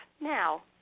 now